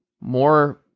more